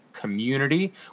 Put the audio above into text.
Community